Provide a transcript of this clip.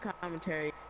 commentary